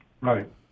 Right